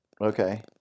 okay